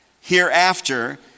hereafter